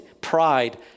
pride